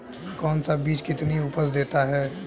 कौन सा बीज कितनी उपज देता है?